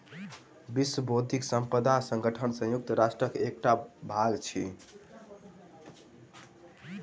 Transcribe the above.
विश्व बौद्धिक संपदा संगठन संयुक्त राष्ट्रक एकटा भाग अछि